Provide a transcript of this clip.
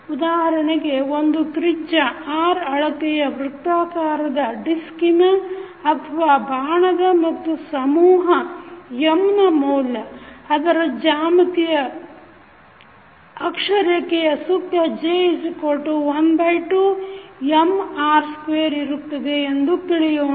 ಉದಾಹರಣೆಗೆ ಒಂದು ತ್ರಿಜ್ಯ r ಅಳತೆಯ ವೃತ್ತಾಕಾರದ ಡಿಸ್ಕಿನ ಅಥವಾ ಬಾಣದ ಮತ್ತು ಸಮೂಹ M ನ ಮೌಲ್ಯ ಅದರ ಜ್ಯಾಮತೀಯ ಅಕ್ಷರೇಖೆಯ ಸುತ್ತ J12Mr2 ಇರುತ್ತದೆ ಎಂದು ತಿಳಿಯೋಣ